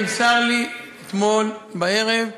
זה המידע שנמסר לי אתמול בערב,